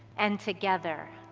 and together,